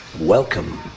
Welcome